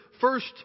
first